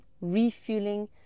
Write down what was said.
refueling